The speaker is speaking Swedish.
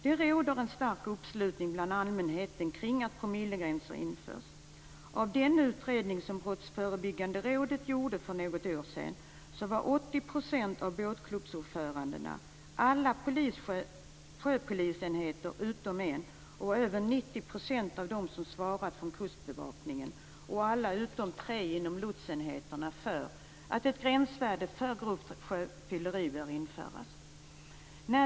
Det råder en stark uppslutning bland allmänheten kring att promillegränser införs. Av den utredning som Brottsförebyggande rådet gjorde för något år sedan framgick det att 80 % av båtklubbsordförandena, alla sjöpolisenheter utom en, över 90 % av dem som svarat från kustbevakningen och alla utom tre inom lotsenheterna var för att ett gränsvärde för grovt sjöfylleri införs.